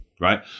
right